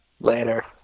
Later